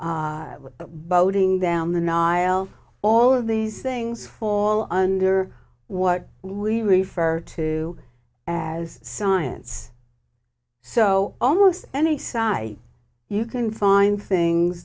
them the nihil all of these things fall under what we refer to as science so almost any side you can find things